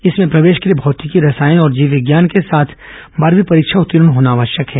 इसमें प्रवेश के लिए भौतिकी रसायन और जीव विज्ञान के साथ बारहवीं परीक्षा उत्तीर्ण होना आवश्यक है